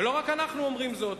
לא רק אנחנו אומרים זאת.